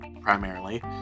primarily